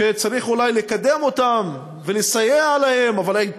שצריך אולי לקדם אותם ולסייע להם, אבל אין כסף.